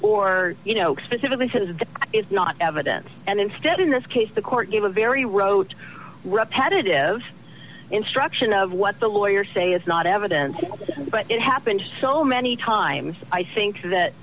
or you know specifically because it's not evidence and instead in this case the court gave a very rote repetitive instruction of what the lawyers say is not evidence but it happened so many times i think that